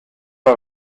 war